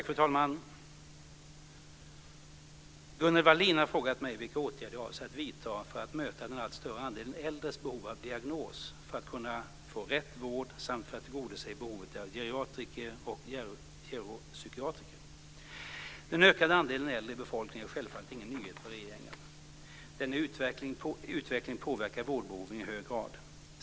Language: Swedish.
Fru talman! Gunnel Wallin har frågat mig vilka åtgärder jag avser att vidta för att möta den allt större andelen äldres behov av diagnos för att kunna få rätt vård samt för att tillgodose behovet av geriatriker och geropsykiatriker. Den ökande andelen äldre i befolkningen är självfallet ingen nyhet för regeringen. Denna utveckling påverkar vårdbehoven i hög grad.